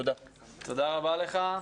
תודה רבה לך.